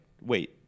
wait